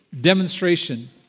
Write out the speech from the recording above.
demonstration